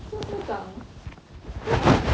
做么这么早 then I was like